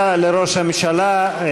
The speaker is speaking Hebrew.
תודה לראש הממשלה.